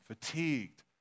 fatigued